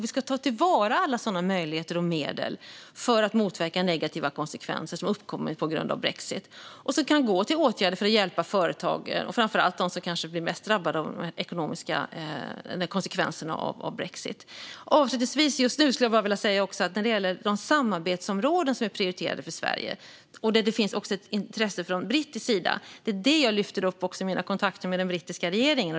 Vi ska ta till vara alla sådana möjligheter och alla medel för att motverka negativa konsekvenser på grund av brexit, som kan gå till åtgärder för att hjälpa företag, framför allt de som kanske blir mest drabbade av de ekonomiska konsekvenserna av brexit. Avslutningsvis skulle jag också vilja säga att det är de samarbetsområden som är prioriterade för Sverige och där det också finns ett intresse från brittisk sida som jag lyfter upp vid mina kontakter med den brittiska regeringen.